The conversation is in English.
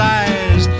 eyes